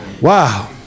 Wow